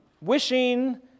wishing